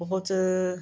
ਬਹੁਤ